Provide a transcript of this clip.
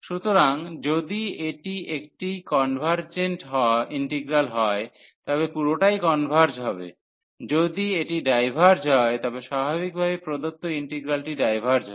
সুতরাং যদি এটি একটি কনভার্জেন্ট ইন্টিগ্রাল হয় তবে পুরোটাই কনভারর্জ হবে যদি এটি ডাইভার্জ হয় তবে স্বাভাবিকভাবেই প্রদত্ত ইন্টিগ্রালটি ডাইভার্জ হবে